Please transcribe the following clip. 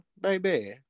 baby